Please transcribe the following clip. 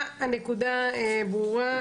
הנקודה ברורה.